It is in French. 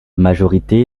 majorité